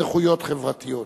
זכויות חברתיות,